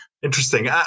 Interesting